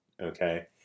Okay